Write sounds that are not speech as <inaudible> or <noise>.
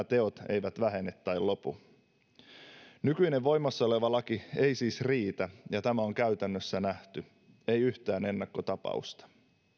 <unintelligible> teot eivät vähene tai lopu nykyinen voimassa oleva laki ei siis riitä ja tämä on käytännössä nähty ei yhtään ennakkotapausta